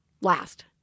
last